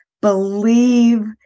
believe